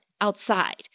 outside